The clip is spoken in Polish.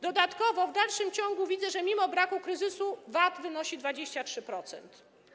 Dodatkowo w dalszym ciągu widzę, że mimo braku kryzysu VAT wynosi 23%.